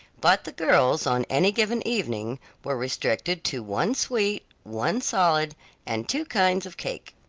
but the girls on any given evening were restricted to one sweet, one solid and two kinds of cake.